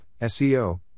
SEO